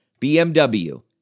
BMW